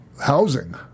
housing